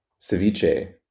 ceviche